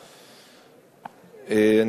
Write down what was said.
תודה,